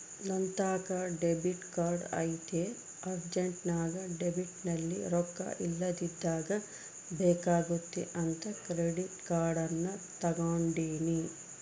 ನಂತಾಕ debit card ಐತೆ ಅರ್ಜೆಂಟ್ನಾಗ ಡೆಬಿಟ್ನಲ್ಲಿ ರೊಕ್ಕ ಇಲ್ಲದಿದ್ದಾಗ ಬೇಕಾಗುತ್ತೆ ಅಂತ ಕ್ರೆಡಿಟ್ ಕಾರ್ಡನ್ನ ತಗಂಡಿನಿ